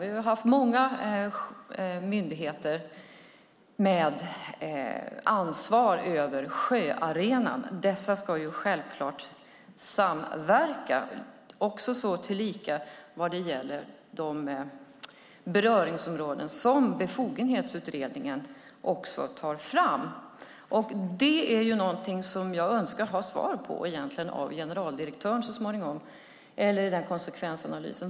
Vi har haft många myndigheter med ansvar över sjöarenan. Dessa ska självklart samverka också vad gäller de beröringsområden som Befogenhetsutredningen tar fram. Det är ju någonting som jag önskar få svar på, egentligen av generaldirektören så småningom eller i konsekvensanalysen.